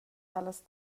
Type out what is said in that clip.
dallas